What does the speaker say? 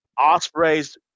Osprey's